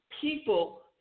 people